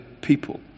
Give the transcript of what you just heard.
people